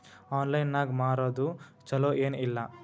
Online ನಾಗ್ ಮಾರೋದು ಛಲೋ ಏನ್ ಇಲ್ಲ?